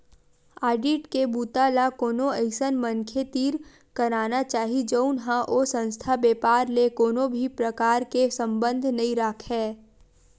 audit के बूता ल कोनो अइसन मनखे तीर कराना चाही जउन ह ओ संस्था, बेपार ले कोनो भी परकार के संबंध नइ राखय